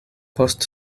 post